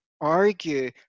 argue